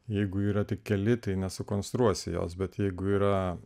jeigu yra tik keli tai nesukonstruosi jos bet jeigu yra